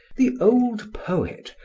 the old poet,